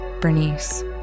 Bernice